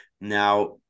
Now